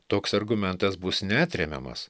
toks argumentas bus neatremiamas